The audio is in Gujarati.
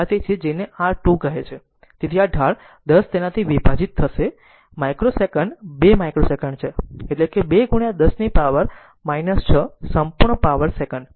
તેથી ઢાળ 10 તેનાથી વિભાજિત થશે માઇક્રો સેકંડ 2 માઇક્રો સેકન્ડ છે એટલે કે 2 10 પાવર 6 સંપૂર્ણ પાવર સેકન્ડ